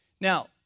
Now